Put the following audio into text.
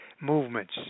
movements